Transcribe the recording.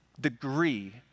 degree